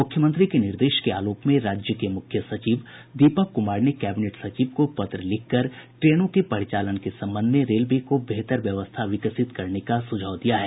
मुख्यमंत्री के निर्देश के आलोक में राज्य के मुख्य सचिव दीपक कुमार ने कैबिनेट सचिव को पत्र लिखकर ट्रेनों के परिचालन के संबंध में रेलवे को बेहतर व्यवस्था विकसित करने का सुझाव दिया है